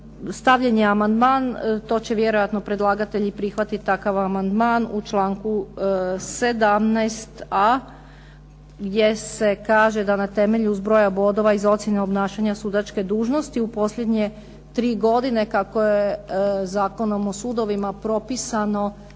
Stavljen je amandman, to će vjerojatno predlagatelj i prihvatiti takav amandman u članku 17.a jer se kaže da na temelju zbroja bodova iza ocjene obnašanja sudačke dužnosti u posljednje tri godine kako je Zakonom o sudovima propisano